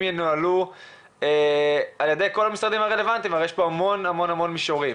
ינוהלו על ידי כל המשרדים הרלוונטיים ויש פה המון מישורים.